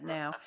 now